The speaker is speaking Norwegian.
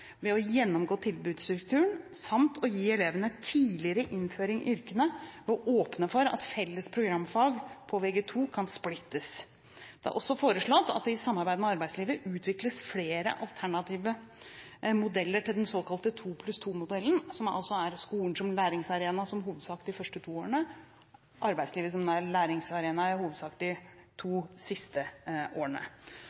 ved å gjennomgå tilbudsstrukturen samt gi elevene tidligere innføring i yrkene ved å åpne for at felles programfag på Vg2 kan splittes. Det er også foreslått at det i samarbeid med arbeidslivet utvikles flere alternative modeller til den såkalte 2+2-modellen, altså i hovedsak skolen som læringsarena de første to årene, og i hovedsak arbeidslivet som